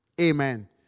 Amen